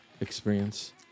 experience